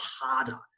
harder